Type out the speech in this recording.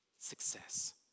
success